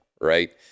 right